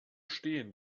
stehen